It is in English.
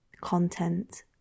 content